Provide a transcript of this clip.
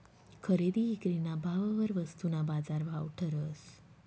खरेदी ईक्रीना भाववर वस्तूना बाजारभाव ठरस